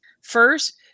First